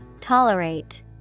Tolerate